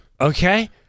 okay